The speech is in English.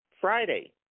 Friday